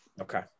Okay